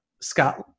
scott